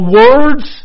words